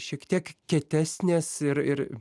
šiek tiek kietesnės ir ir